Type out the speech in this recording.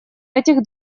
этих